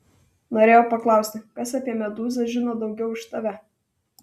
norėjau paklausti kas apie medūzą žino daugiau už tave